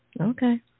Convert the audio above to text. okay